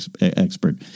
expert